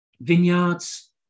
vineyards